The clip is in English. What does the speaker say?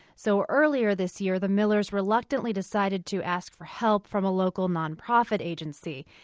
so earlier this year, the millers reluctantly decided to ask for help from a local non-profit agency.